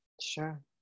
Sure